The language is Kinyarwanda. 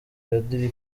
padiri